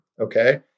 okay